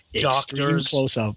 Doctors